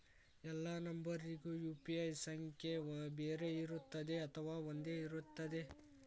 ಎಲ್ಲಾ ನಂಬರಿಗೂ ಯು.ಪಿ.ಐ ಸಂಖ್ಯೆ ಬೇರೆ ಇರುತ್ತದೆ ಅಥವಾ ಒಂದೇ ಇರುತ್ತದೆ?